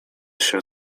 się